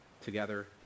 together